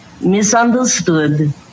misunderstood